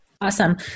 Awesome